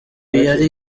yari